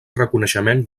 reconeixement